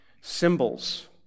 symbols